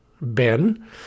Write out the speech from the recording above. Ben